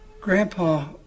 Grandpa